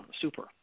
super